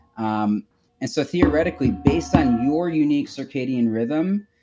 um and so theoretically, based on your unique circadian rhythm,